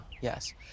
yes